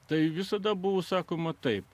tai visada buvo sakoma taip